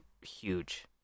huge